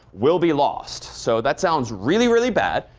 will be lost. so that sounds really, really bad,